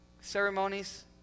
ceremonies